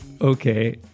Okay